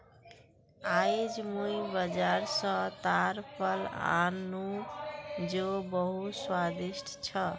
आईज मुई बाजार स ताड़ फल आन नु जो बहुत स्वादिष्ट छ